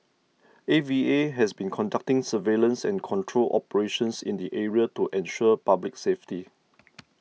A V A has been conducting surveillance and control operations in the area to ensure public safety